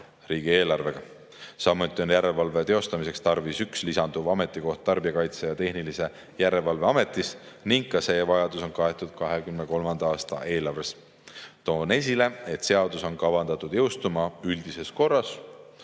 Samuti on järelevalve teostamiseks tarvis üks lisanduv ametikoht Tarbijakaitse ja Tehnilise Järelevalve Ametis ning ka see vajadus on kaetud 2023. aasta eelarves. Toon esile, et seadus on kavandatud jõustuma üldises korras.